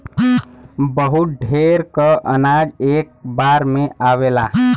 बहुत ढेर क अनाज एक बार में आवेला